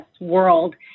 world